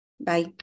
Bye